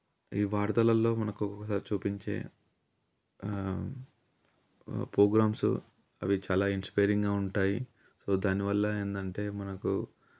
ఈ వార్తలల్లో మనకు ఒకొకసారి చూపించే ప్రోగ్రామ్స్ అవి చాలా ఇన్స్పైరింగా ఉంటాయి సో దానివల్ల ఏంటంటే మనకు